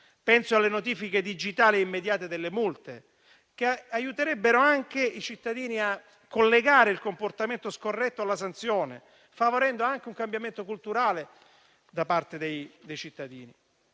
Penso alle notifiche digitali e immediate delle multe che aiuterebbero anche i cittadini a collegare il comportamento scorretto alla sanzione, favorendo anche un cambiamento culturale da parte dei cittadini.